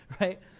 right